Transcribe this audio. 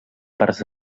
parcs